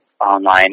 online